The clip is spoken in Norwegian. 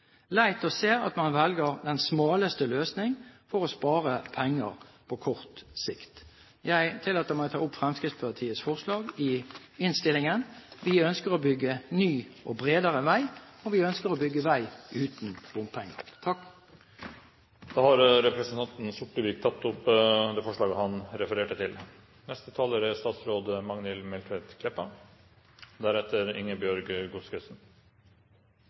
leit å se at man velger den smaleste løsningen for å spare penger på kort sikt. Jeg tillater meg å ta opp Fremskrittspartiets forslag i innstillingen. Vi ønsker å bygge ny og bredere vei, og vi ønsker å bygge vei uten bompenger. Representanten Arne Sortevik har tatt opp det forslaget han refererte til.